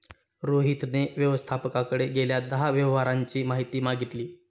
रोहितने व्यवस्थापकाकडे गेल्या दहा व्यवहारांची माहिती मागितली